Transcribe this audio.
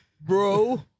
bro